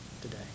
today